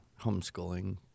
homeschooling